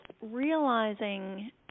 realizing